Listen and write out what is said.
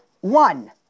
one